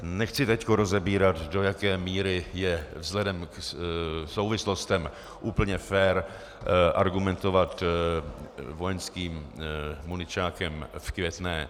Nechci teď rozebírat, do jaké míry je vzhledem k souvislostem úplně fér argumentovat vojenským muničákem v Květné.